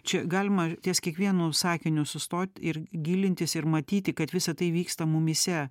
čia galima ties kiekvienu sakiniu sustot ir gilintis ir matyti kad visa tai vyksta mumyse